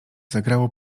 zagrało